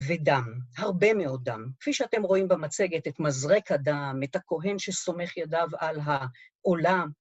ודם, הרבה מאוד דם, כפי שאתם רואים במצגת, את מזרק הדם, את הכהן שסומך ידיו על העולם.